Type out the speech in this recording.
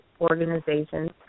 organizations